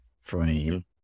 frame